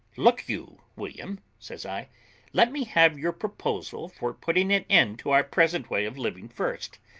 look you, william, says i let me have your proposal for putting an end to our present way of living first,